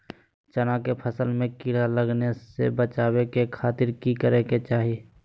चना की फसल में कीड़ा लगने से बचाने के खातिर की करे के चाही?